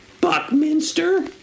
Buckminster